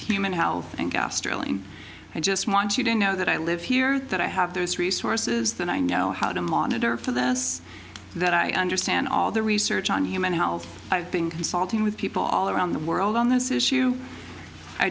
human health and gas drilling i just want you to know that i live here that i have those resources that i know how to monitor for this that i understand all the research on human health i've been consulting with people all around the world on this issue i